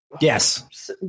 Yes